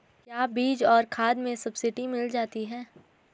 क्या बीज और खाद में सब्सिडी मिल जाती है?